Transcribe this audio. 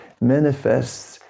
manifests